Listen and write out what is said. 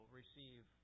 receive